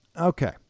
Okay